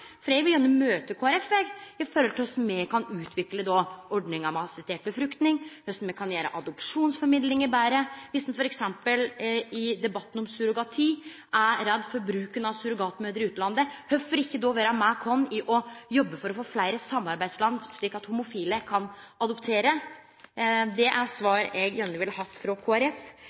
me kan utvikle ordninga med assistert befruktning, og korleis me kan gjere adopsjonsformidlinga betre. Viss ein f.eks. i samband med debatten om surrogati er redd for bruken av surrogatmødrer i utlandet, kvifor ikkje då vere med oss og jobbe for å få fleire samarbeidsland, slik at homofile kan få adoptere? Det er svar på dette eg gjerne vil ha frå